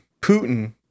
Putin